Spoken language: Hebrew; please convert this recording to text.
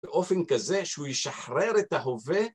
באופן כזה שהוא ישחרר את ההווה